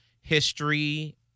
history